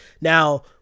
Now